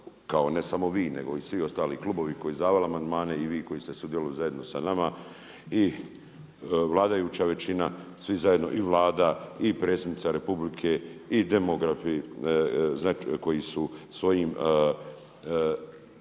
ne samo vi nego i svi ostali klubovi koji su davali amandmane i vi koji ste sudjelovali zajedno sa nama i vladajuća većina, svi zajedno i Vlada i predsjednika Republike i demografi koji su svojim